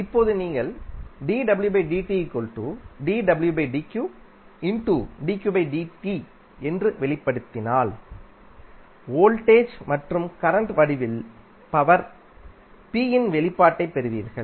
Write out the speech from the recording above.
இப்போது நீங்கள் என்று வெளிப்படுத்தினால் வோல்டேஜ் மற்றும் கரண்ட் வடிவில் பவர் p இன் வெளிப்பாட்டைப் பெறுவீர்கள்